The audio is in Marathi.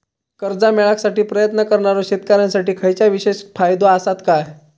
कर्जा मेळाकसाठी प्रयत्न करणारो शेतकऱ्यांसाठी खयच्या विशेष फायदो असात काय?